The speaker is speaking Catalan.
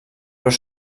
però